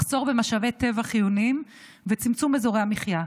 מחסור במשאבי טבע חיוניים וצמצום אזורי המחיה.